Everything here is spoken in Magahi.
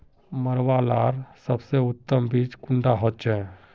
मरुआ लार सबसे उत्तम बीज कुंडा होचए?